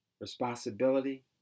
responsibility